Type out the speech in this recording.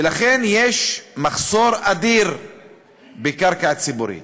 ולכן, יש מחסור אדיר בקרקע ציבורית.